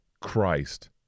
Christ